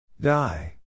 Die